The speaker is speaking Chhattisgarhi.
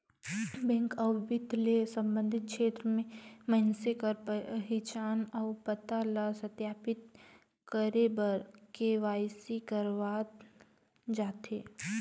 बेंक अउ बित्त ले संबंधित छेत्र में मइनसे कर पहिचान अउ पता ल सत्यापित करे बर के.वाई.सी करवाल जाथे